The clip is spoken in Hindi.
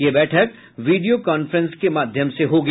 ये बैठक वीडियो कांफ्रेंसिंग के माध्यम से होगी